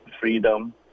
freedom